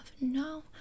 No